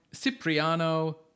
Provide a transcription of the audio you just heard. Cipriano